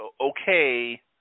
okay